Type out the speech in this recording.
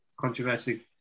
controversy